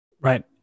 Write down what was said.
Right